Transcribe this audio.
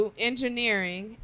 engineering